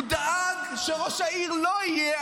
הוא דאג שראש העיר לא יהיה,